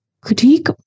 critique